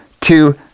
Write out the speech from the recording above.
two